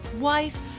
wife